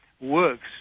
works